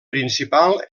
principal